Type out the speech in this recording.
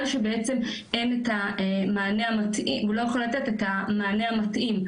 שבעצם הוא לא יכול לתת את המענה המתאים.